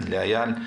לאיל,